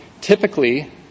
typically